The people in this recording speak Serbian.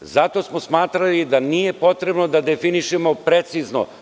Zato smo smatrali da nije potrebno da definišemo precizno.